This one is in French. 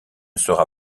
sera